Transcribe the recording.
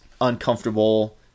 uncomfortable